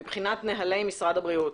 לפי נהלי משרד הבריאות.